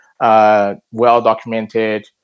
well-documented